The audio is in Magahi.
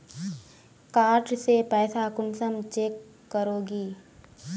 कार्ड से पैसा कुंसम चेक करोगी?